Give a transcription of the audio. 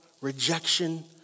rejection